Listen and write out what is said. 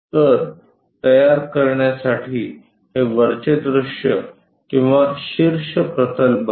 तर तयार करण्यासाठी हे वरचे दृश्य किंवा शीर्ष प्रतल बनते